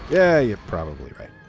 yeah you are probably right.